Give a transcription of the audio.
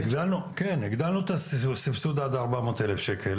הגדלנו את הסבסוד עד ארבע מאות אלף שקל